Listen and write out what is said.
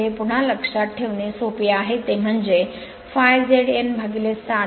तर हे पुन्हा लक्षात ठेवणे सोपे आहे ते म्हणजे ∅ Z N 60 P A